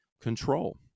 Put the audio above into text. control